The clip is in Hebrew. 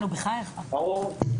ברור.